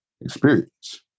experience